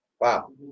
wow